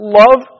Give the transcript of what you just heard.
love